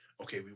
okay